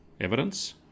evidence